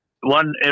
one